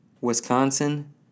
Wisconsin